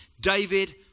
David